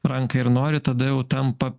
ranką ir nori tada jau tampa